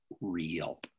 real